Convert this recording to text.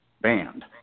banned